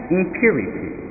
impurity